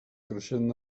creixent